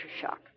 shock